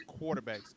Quarterbacks